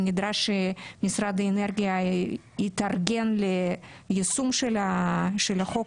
נדרש משרד האנרגיה יתארגן ליישום של החוק